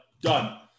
Done